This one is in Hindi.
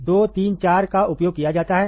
2 3 4 का उपयोग किया जाता है